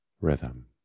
rhythm